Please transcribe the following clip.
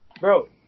bro